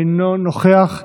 אינו נוכח.